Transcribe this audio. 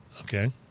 Okay